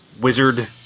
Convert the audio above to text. Wizard